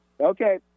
Okay